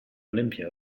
olimpia